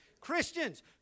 Christians